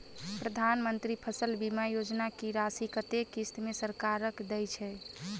प्रधानमंत्री फसल बीमा योजना की राशि कत्ते किस्त मे सरकार देय छै?